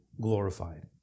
glorified